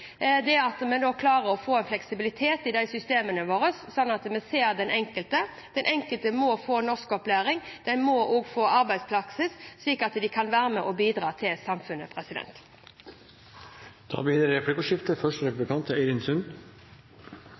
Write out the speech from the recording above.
at vi klarer å få fleksibilitet i systemene våre, så vi ser den enkelte. Den enkelte må få norskopplæring, og de må også få arbeidspraksis slik at de kan være med og bidra til samfunnet. Det blir replikkordskifte. På talerstolen nå påpekte statsråden det